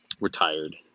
retired